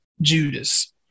Judas